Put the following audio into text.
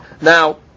Now